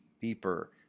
deeper